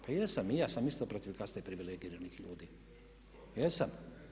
Pa jesam i ja sam isto protiv kaste privilegiranih ljudi, jesam.